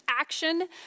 Action